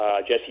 Jesse